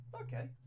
Okay